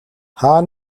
хаа